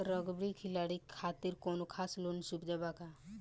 Rugby खिलाड़ी खातिर कौनो खास लोन सुविधा बा का?